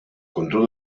control